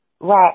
Right